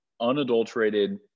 unadulterated